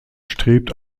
strebt